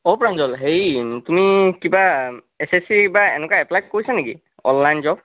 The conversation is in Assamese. অঁ প্ৰাঞ্জল হেৰি কিবা এছ এছ চি বা এনেকুৱা এপ্লাই কৰিছা নেকি অনলাইন জব